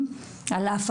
כך